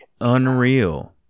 unreal